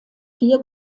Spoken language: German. vier